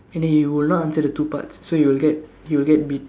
and then he will not answer the two parts so he will get he will get beat